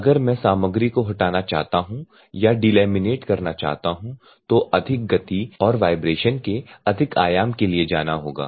तो अगर मैं सामग्री को हटाना चाहता हूं या डिलेमिनेट करना चाहता हूं तो अधिक गति और वाइब्रेशन के अधिक आयाम के लिए जाना होगा